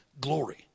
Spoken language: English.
glory